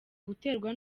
guterwa